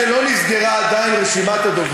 הוא נשאר עוד דקה,